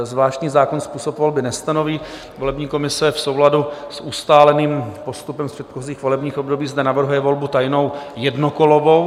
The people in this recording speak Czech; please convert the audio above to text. Zvláštní zákon způsob volby nestanoví, volební komise v souladu s ustáleným postupem předchozích volebních období zde navrhuje volbu tajnou jednokolovou.